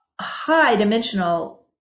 high-dimensional